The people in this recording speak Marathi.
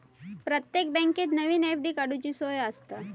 प्रत्येक बँकेत नवीन एफ.डी काडूची सोय आसता